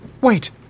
Wait